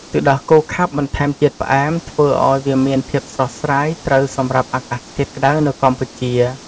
ទឹកដោះគោខាប់បន្ថែមជាតិផ្អែម ធ្វើឱ្យវាមានភាពស្រស់ស្រាយ ត្រូវសម្រាប់អាកាសធាតុក្តៅនៅកម្ពុជា។